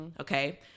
Okay